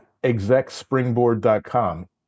execspringboard.com